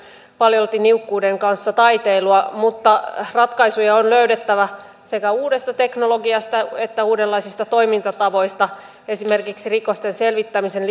paljolti niukkuuden kanssa taiteilua mutta ratkaisuja on löydettävä sekä uudesta teknologiasta että uudenlaisista toimintatavoista esimerkiksi rikosten selvittämisen